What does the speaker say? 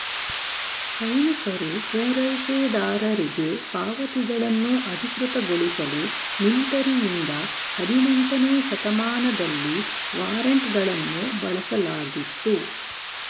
ಸೈನಿಕರು ಪೂರೈಕೆದಾರರಿಗೆ ಪಾವತಿಗಳನ್ನು ಅಧಿಕೃತಗೊಳಿಸಲು ಮಿಲಿಟರಿಯಿಂದ ಹದಿನೆಂಟನೇ ಶತಮಾನದಲ್ಲಿ ವಾರೆಂಟ್ಗಳನ್ನು ಬಳಸಲಾಗಿತ್ತು